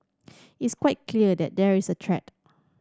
it's quite clear that there is a threat